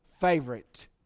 favorite